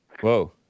Whoa